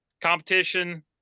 competition